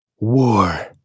War